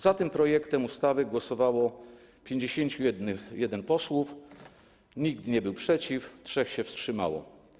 Za tym projektem ustawy głosowało 51 posłów, nikt nie był przeciw, 3 się wstrzymało.